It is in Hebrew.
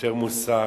יותר מוסר,